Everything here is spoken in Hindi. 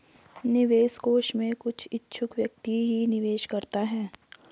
निवेश कोष में कुछ इच्छुक व्यक्ति ही निवेश करता है